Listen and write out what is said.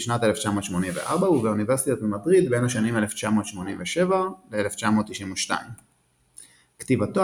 בשנת 1984 ובאוניברסיטת מדריד בין השנים 1987–1992. כתיבתו